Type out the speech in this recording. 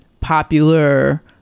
popular